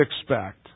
expect